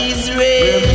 Israel